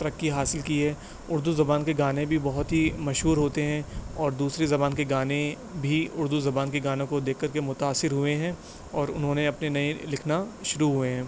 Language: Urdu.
ترقی حاصل کی ہے اردو زبان کے گانے بھی بہت ہی مشہور ہوتے ہیں اور دوسری زبان کے گانے بھی اردو زبان کی گانوں کو دیکھ کر متأثر ہوئے ہیں اور انھوں نے اپنے نئے لکھنا شروع ہوئے ہیں